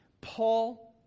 Paul